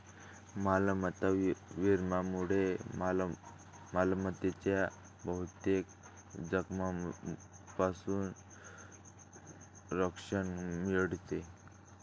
मालमत्ता विम्यामुळे मालमत्तेच्या बहुतेक जोखमींपासून संरक्षण मिळते